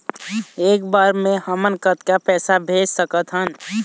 एक बर मे हमन कतका पैसा भेज सकत हन?